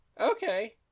Okay